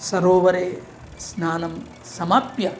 सरोवरे स्नानं समाप्य